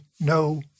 no